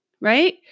right